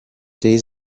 days